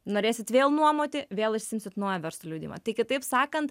norėsit vėl nuomoti vėl išsiimsit naują verslo liudijimą tai kitaip sakant